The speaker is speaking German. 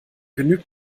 genügt